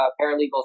paralegals